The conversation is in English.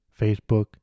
Facebook